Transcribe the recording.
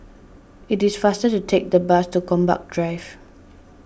it is faster to take the bus to Gombak Drive